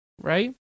right